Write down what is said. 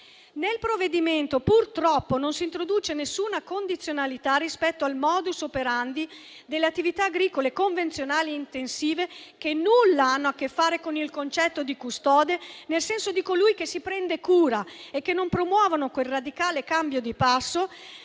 Nel provvedimento purtroppo non si introduce nessuna condizionalità rispetto al *modus operandi* delle attività agricole convenzionali intensive, che nulla hanno a che fare con il concetto di custode nel senso di colui che si prende cura, e che non promuovono quel radicale cambio di passo